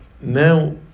now